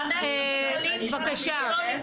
ואנחנו מגלים --- שמעתי,